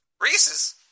Reese's